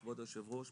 כבוד היושב ראש,